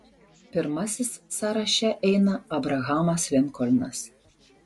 pirmasis sąraše eina abrahamas linkolnas